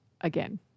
again